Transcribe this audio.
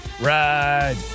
ride